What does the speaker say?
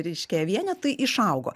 reiškia vienetai išaugo